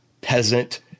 peasant